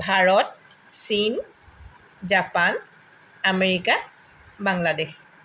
ভাৰত চীন Japan America Bangladesh